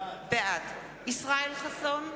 בעד ישראל חסון,